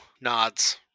nods